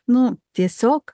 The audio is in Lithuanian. nu tiesiog